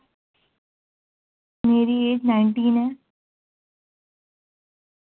میری age nineteen ہے